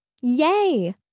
Yay